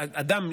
אדם,